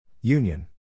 Union